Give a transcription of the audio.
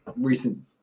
recent